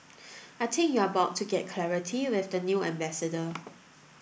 I think you are about to get clarity with the new ambassador